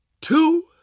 two